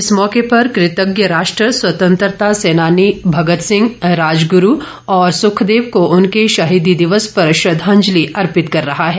इस मौके पर कृतज्ञ राष्ट्र स्वतंत्रता सेनानी भगत सिंह राजगुरू और सुखदेव को उनके शहीदी दिवस पर श्रद्वांजलि अर्पित कर रहा है